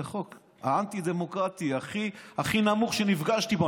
החוק האנטי-דמוקרטי הכי נמוך שנפגשתי בו,